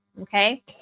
okay